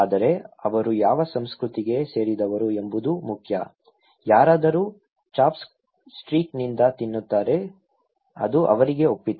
ಆದರೆ ಅವರು ಯಾವ ಸಂಸ್ಕೃತಿಗೆ ಸೇರಿದವರು ಎಂಬುದು ಮುಖ್ಯ ಯಾರಾದರೂ ಚಾಪ್ಸ್ಟಿಕ್ನಿಂದ ತಿನ್ನುತ್ತಾರೆ ಅದು ಅವರಿಗೆ ಒಪ್ಪಿತ